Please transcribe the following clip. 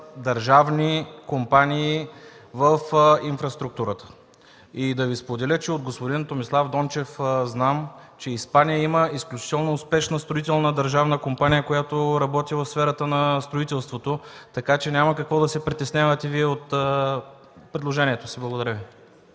държавни компании в инфраструктурата. От господин Томислав Дончев знам, че Испания има изключително успешна държавна строителна компания, която работи в сферата на строителството. Няма какво да се притеснявате от предложението си. Благодаря Ви.